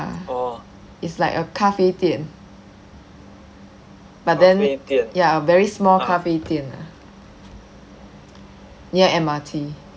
ah it's like a 咖啡店 but then ya a very small 咖啡店 ah near M_R_T